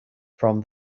from